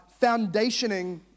foundationing